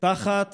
תחת